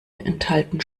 enthalten